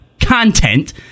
content